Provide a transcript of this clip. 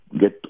get